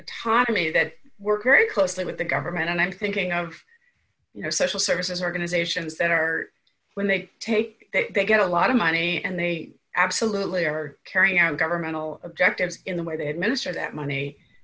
autonomy that work very closely with the government and i'm thinking of you know social services organizations that are when they take they get a lot of money and they absolutely are carrying out governmental objectives in the way they administer that money